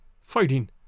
fighting